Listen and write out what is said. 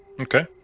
Okay